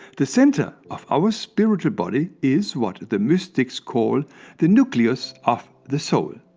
the center of our spiritual body is what the mystics call the nucleus of the soul.